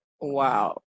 Wow